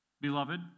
Beloved